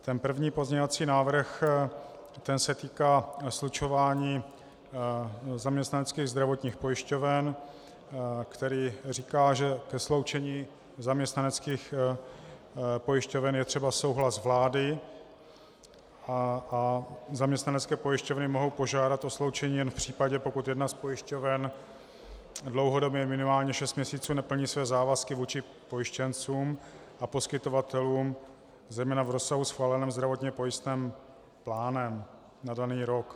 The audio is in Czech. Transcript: Ten první pozměňovací návrh se týká slučování zaměstnaneckých zdravotních pojišťoven, který říká, že ke sloučení zaměstnaneckých pojišťoven je třeba souhlas vlády a zaměstnanecké pojišťovny mohou požádat o sloučení jen v případě, pokud jedna z pojišťoven dlouhodobě, minimálně šest měsíců, neplní své závazky vůči pojištěncům a poskytovatelům, zejména v rozsahu schváleném zdravotně pojistném plánem na daný rok.